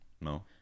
no